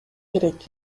керек